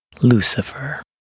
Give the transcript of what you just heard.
Lucifer